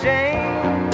Jane